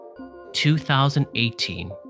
2018